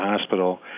hospital